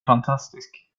fantastisk